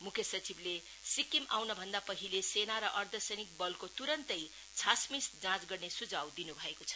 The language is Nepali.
मुख्य सचिवले सिक्किम आउनुभन्द पहिले सेना र अर्धसैनिक बलको तुरन्तै छासमिस जाँच गर्ने सुझाव दिनु भएको छ